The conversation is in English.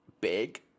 big